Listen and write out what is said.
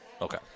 Okay